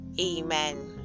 Amen